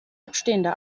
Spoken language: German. abstehende